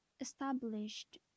established